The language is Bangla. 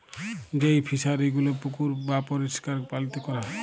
যেই ফিশারি গুলো পুকুর বাপরিষ্কার পালিতে ক্যরা হ্যয়